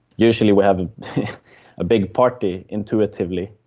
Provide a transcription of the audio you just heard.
usually we have a big party, intuitively,